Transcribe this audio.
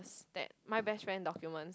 that my best friend document